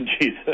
Jesus